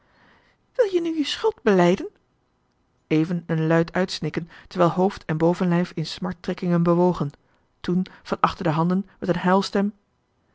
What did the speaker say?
wil je nu je schuld belijden even een luid uitsnikken terwijl hoofd en bovenlijf in smarttrekkingen bewogen toen van achter de handen met een